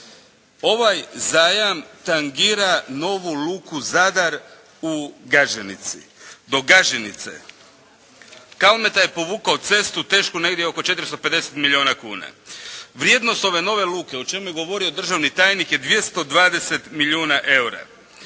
Ovaj zajam tangira novu luku Zadar u Gaženici, do Gaženice. Kalmeta je povukao cestu tešku negdje oko 450 milijuna kuna. Vrijednost ove nove luke o čemu je govorio državni tajnik je 220 milijuna eura.